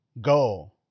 Go